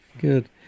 good